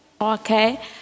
Okay